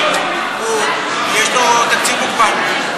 יש לו תקציב מוגבל.